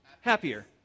happier